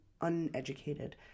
uneducated